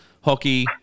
hockey